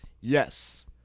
Yes